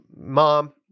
mom